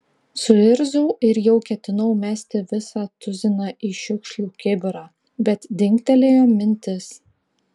suirzau ir jau ketinau mesti visą tuziną į šiukšlių kibirą bet dingtelėjo mintis